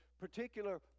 particular